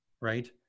Right